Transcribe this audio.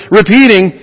repeating